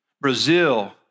Brazil